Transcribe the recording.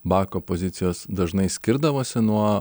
bako pozicijos dažnai skirdavosi nuo